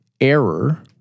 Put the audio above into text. error